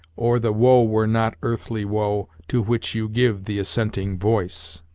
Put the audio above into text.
or the woe were not earthly woe to which you give the assenting voice